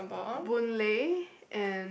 Boon-Lay and